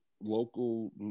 local